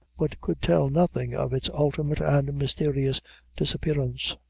but could tell nothing of its ultimate and mysterious disappearance.